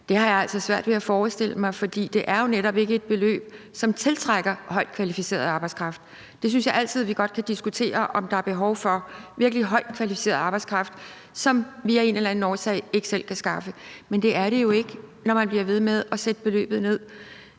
Det har jeg altså svært ved at forestille mig, for det er jo netop ikke et beløb, som tiltrækker højtkvalificeret arbejdskraft. Det synes jeg altid vi godt kan diskutere, altså om der er behov for virkelig højtkvalificeret arbejdskraft, som vi af en eller anden årsag ikke selv kan skaffe. Men det er det jo ikke, når man bliver ved med at sætte beløbet ned.